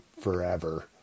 forever